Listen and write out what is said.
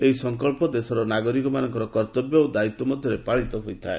ଏହି ସଙ୍କଳ୍ପ ଦେଶର ନାଗରିକମାନଙ୍କ କର୍ତ୍ତବ୍ୟ ଓ ଦାୟିତ୍ୱ ମଧ୍ୟରେ ପାଳିତ ହୋଇଥାଏ